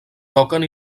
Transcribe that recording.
toquen